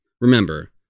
Remember